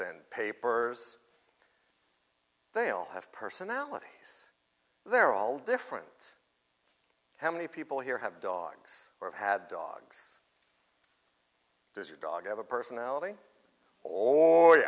and papers they'll have personality they're all different how many people here have dogs or had dogs does your dog have a personality or